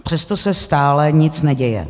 Přesto se stále nic neděje.